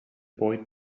boy